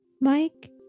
Mike